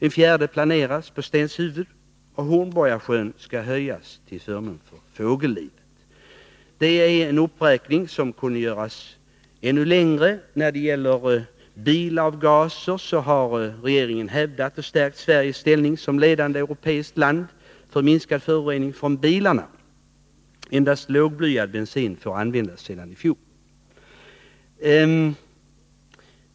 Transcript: En fjärde planeras, på Stenshuvud. Hornborgasjön skall höjas till förmån för fågellivet. Uppräkningen kunde göras ännu längre. När det gäller bilavgaser har regeringen hävdat och stärkt Sveriges ställning som ledande europeiskt land i fråga om minskning av föroreningar från bilarna. Endast lågblyad bensin får användas sedan i fjol.